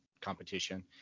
competition